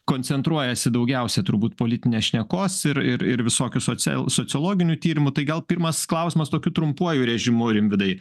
koncentruojasi daugiausia turbūt politinės šnekos ir ir ir visokių social sociologinių tyrimų tai gal pirmas klausimas tokiu trumpuoju režimu rimvydai